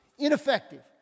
Ineffective